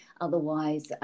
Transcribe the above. otherwise